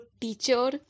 teacher